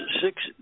six